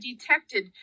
detected